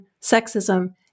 sexism